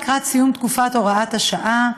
לקראת סיום תקופת הוראת השעה,